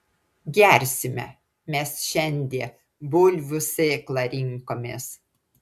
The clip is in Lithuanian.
gersime mes šiandie bulvių sėklą rinkomės